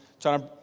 Trying